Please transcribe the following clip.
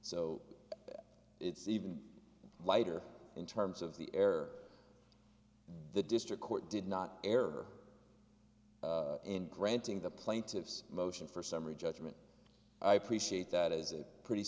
so it's even lighter in terms of the air the district court did not err in granting the plaintiffs motion for summary judgment i appreciate that as a pretty